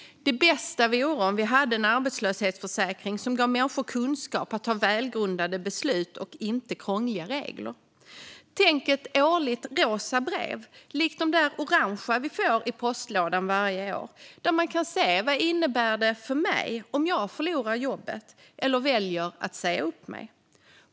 Det bästa vore om vi hade en arbetslöshetsförsäkring som gav människor kunskap att ta välgrundade beslut och inte krångliga regler. Tänk er ett årligt rosa brev, likt de orangea som vi får i postlådan varje år, där man kan se vad det innebär för en om man förlorar jobbet eller väljer att säga upp sig.